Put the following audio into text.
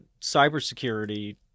cybersecurity